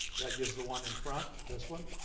that gives the one in front, this one,